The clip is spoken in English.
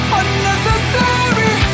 unnecessary